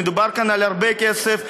מדובר כאן על הרבה כסף,